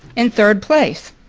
in third place.